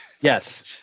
Yes